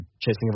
chasing